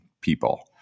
people